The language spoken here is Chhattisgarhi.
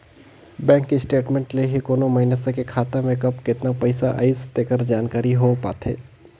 बेंक स्टेटमेंट ले ही कोनो मइसने के खाता में कब केतना पइसा आइस तेकर जानकारी हो पाथे